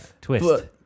Twist